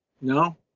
No